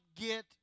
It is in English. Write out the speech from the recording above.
get